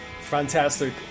Fantastic